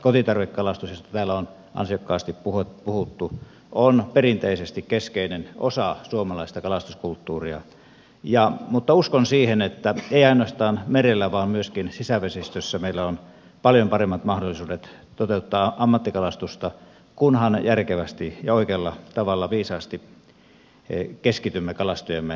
kotitarvekalastus josta täällä on ansiokkaasti puhuttu on perinteisesti keskeinen osa suomalaista kalastuskulttuuria mutta uskon siihen että ei ainoastaan merellä vaan myöskin sisävesistössä meillä on paljon paremmat mahdollisuudet toteuttaa ammattikalastusta kunhan järkevästi ja oikealla tavalla viisaasti keskitymme kalastojemme hoitamiseen